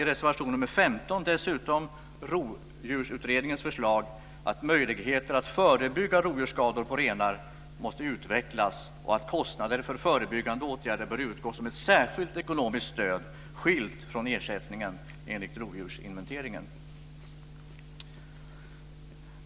Rovdjursutredningens förslag att möjligheter att förebygga rovdjursskador på renar måste utvecklas och att det för kostnader för förebyggande åtgärder bör utgå ett särskilt ekonomiskt stöd skilt från ersättningen enligt rovdjursinventeringen.